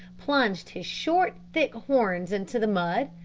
plunged his short thick horns into the mud,